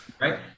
right